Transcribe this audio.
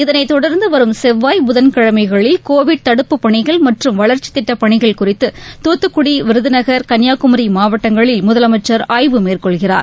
இதனைத்தொடர்ந்து வரும் செவ்வாய் புதன் கிழமைகளில் கோவிட் தடுப்பு பணிகள் மற்றும் வளர்ச்சி திட்டப்பணிக்ள குறித்து தூத்துக்குடி விருதுநகர் கன்னியாகுமரி மாவட்டங்களில் முதலமைச்சர் ஆய்வு மேற்கொள்கிறார்